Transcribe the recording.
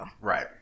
right